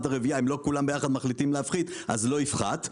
הרבייה - אם לא כולם יחד מחליטים להפחית אז לא יפחת,